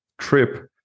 trip